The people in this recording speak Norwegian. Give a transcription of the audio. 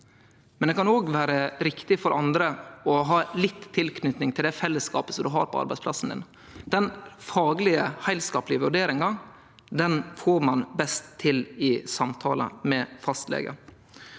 andre kan det vere riktig å ha litt tilknyting til det fellesskapet ein har på ar beidsplassen sin. Den faglege, heilskaplege vurderinga får ein best til i samtale med fastlege.